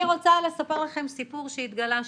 אני רוצה לספר לכם סיפור שהתגלה השבוע,